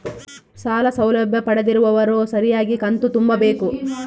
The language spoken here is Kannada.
ಸಾಲ ಸೌಲಭ್ಯ ಪಡೆದಿರುವವರು ಸರಿಯಾಗಿ ಕಂತು ತುಂಬಬೇಕು?